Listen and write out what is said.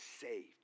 saved